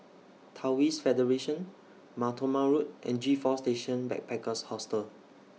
Taoist Federation Mar Thoma Road and G four Station Backpackers Hostel